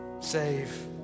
save